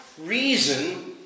reason